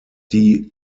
die